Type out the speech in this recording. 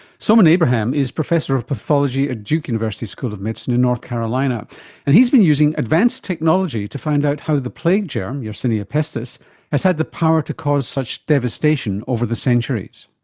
soman abraham is professor of pathology at duke university school of medicine in north carolina and he's been using advanced technology to find out how the plague germ, yersinia pestis, has had the power to cause such devastation over the centuries.